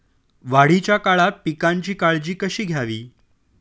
वाढीच्या काळात पिकांची काळजी कशी घ्यावी?